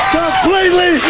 completely